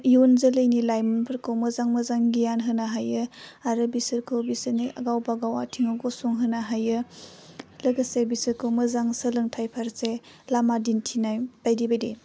इयुन जोलैनि लाइमोनफोरखौ मोजां मोजां गियान होनो हायो आरो बिसोरखौ बिसोरनि गावबा गाव आथिंआव गसंहोनो हायो लोगोसे बिसोरखौ मोजां सोलोंथाइ फारसे लामा दिन्थिनाय बायदि बायदि